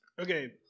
Okay